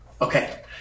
Okay